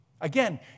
Again